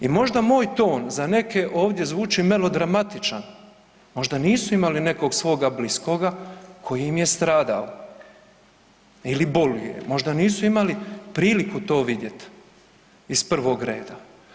I možda moj ton za neke ovdje zvuči melodramatičan, možda nisu imali nekog svoga bliskoga koji im je stradao ili boluje, možda nisu imali priliku to vidjet iz prvog reda.